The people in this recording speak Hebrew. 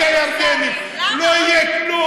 לא יהיה כלום.